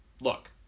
look